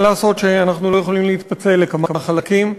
מה לעשות שאנחנו לא יכולים להתפצל לכמה חלקים?